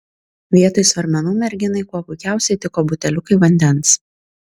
vietoj svarmenų merginai kuo puikiausiai tiko buteliukai vandens